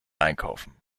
einkaufen